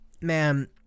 man